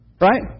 Right